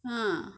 ugh